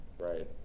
Right